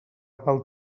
pel